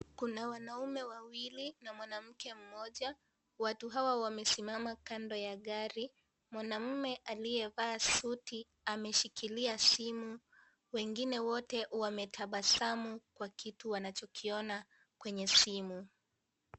Kuna wanaume wawili na mwanamke mmoja, watu hawa wamesimama kando ya gari, mwanamme aliyevaa suti ameshikilia simu. Wengine wote wanatabasamu kwa kitu wanachokiona kenye simu.